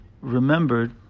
remembered